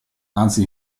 anzi